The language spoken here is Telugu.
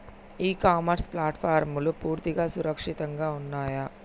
ఇ కామర్స్ ప్లాట్ఫారమ్లు పూర్తిగా సురక్షితంగా ఉన్నయా?